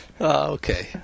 Okay